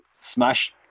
smash